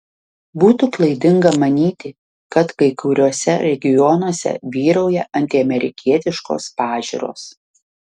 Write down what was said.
būtų klaidinga manyti kad kai kuriuose regionuose vyrauja antiamerikietiškos pažiūros